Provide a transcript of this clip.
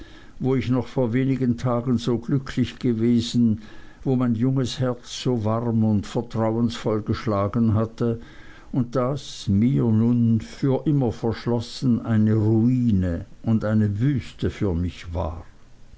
wo ich noch vor wenigen tagen so glücklich gewesen wo mein junges herz so warm und vertrauensvoll geschlagen hatte und das mir von nun für immer verschlossen eine ruine und eine wüste für mich war